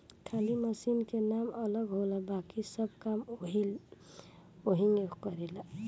खाली मशीन के नाम अलग होला बाकिर सब काम ओहीग करेला